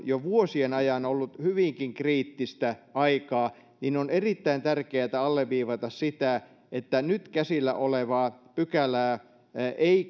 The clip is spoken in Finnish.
jo vuosien ajan ollut hyvinkin kriittistä aikaa niin on erittäin tärkeätä alleviivata sitä että nyt käsillä olevaa pykälää ei